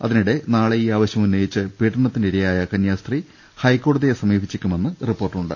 അതിനിട്ടെ നാളെ ഈ ആവശ്യം ഉന്നയിച്ച് പീഡനത്തിന് ഇര യായ കന്യാസ്ത്രീ ഹൈക്കോടതിയെ സമീപിച്ചേക്കുമെന്ന് റിപ്പോർട്ടുണ്ട്